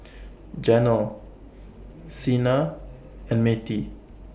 Janel Cena and Mattye